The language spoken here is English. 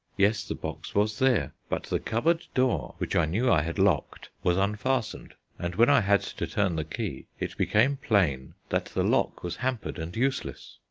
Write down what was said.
yes, the box was there, but the cupboard door, which i knew i had locked, was unfastened, and when i had to turn the key it became plain that the lock was hampered and useless.